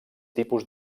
tipus